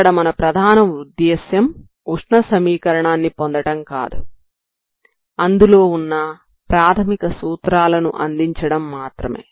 ఇక్కడ మన ప్రధాన ఉద్దేశ్యం ఉష్ణ సమీకరణాన్ని పొందడం కాదు అందులో వున్న ప్రాథమిక సూత్రాలను అందించడం మాత్రమే